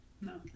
No